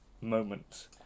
moment